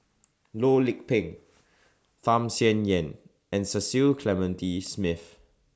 Loh Lik Peng Tham Sien Yen and Cecil Clementi Smith